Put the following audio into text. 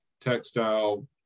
textile